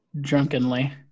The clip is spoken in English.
drunkenly